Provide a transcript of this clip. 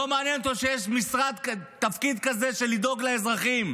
לא מעניין אותו שיש תפקיד כזה של לדאוג לאזרחים.